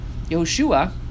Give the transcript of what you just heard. Yehoshua